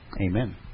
Amen